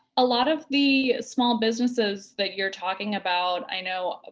a lot of the small businesses that you're talking about, i know, ah